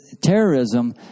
terrorism